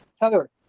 Heather